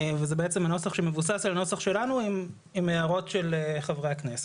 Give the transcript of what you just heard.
וזה בעצם הנוסח שמבוסס על הנוסח שלנו עם הערות של חברי הכנסת.